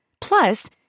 Plus